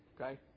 Okay